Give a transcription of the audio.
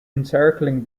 encircling